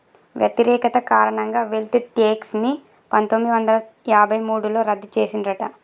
వ్యతిరేకత కారణంగా wealth tax ని పందొమ్మిది వందల యాభై మూడులో రద్దు చేసిండ్రట